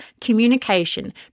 communication